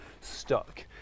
stuck